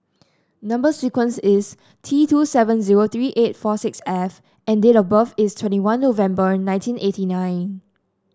number sequence is T two seven zero three eight four six F and date of birth is twenty one November nineteen eighty nine